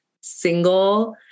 single